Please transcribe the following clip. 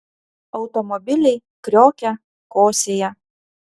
automobiliai kriokia kosėja